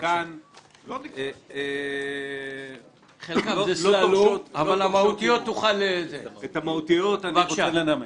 חלקן לא --- את המהותיות תוכל --- את המהותיות אני אנמק.